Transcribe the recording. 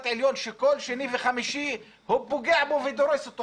העליון שכל שני וחמישי הוא פוגע ודורס אותו.